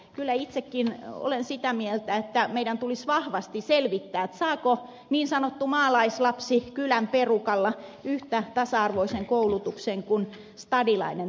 kyllä itsekin olen sitä mieltä että meidän tulisi vahvasti selvittää saako niin sanottu maalaislapsi kylän perukalla yhtä tasa arvoisen koulutuksen kuin stadilainen täällä helsingissä